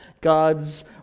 God's